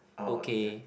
okay